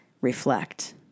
reflect